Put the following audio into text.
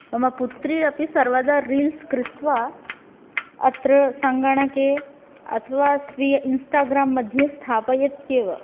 मम पुत्री अपि सर्वदा रील्स् कृत्वा अत्र सङ्गणके अथवा स्वीयम् इन्स्टाग्राम्मध्ये स्थापयत्येव